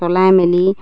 চলাই মেলি